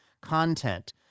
content